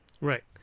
Right